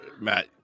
Matt